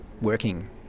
working